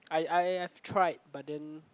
I I I've tried but then